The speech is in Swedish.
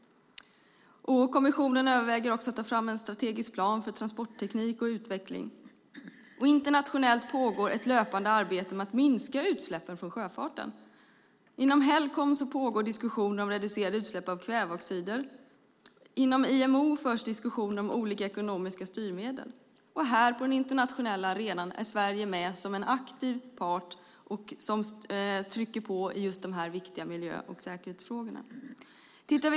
Kommissionen överväger att ta fram en strategisk plan för transportteknik och utveckling. Internationellt pågår ett löpande arbete med att minska utsläppen från sjöfarten. Inom Helcom pågår diskussioner om reducerade utsläpp av kväveoxider. Inom IMO förs diskussioner om olika ekonomiska styrmedel. På den internationella arenan är Sverige med som en aktiv part som trycker på i de viktiga miljö och säkerhetsfrågorna.